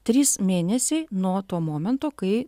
trys mėnesiai nuo to momento kai